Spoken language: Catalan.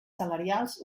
salarials